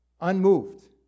unmoved